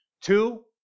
Two